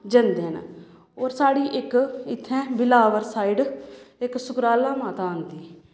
जंदे न होर साढ़ी इक इत्थें बिलावर साइड इक सुकराला माता आंदी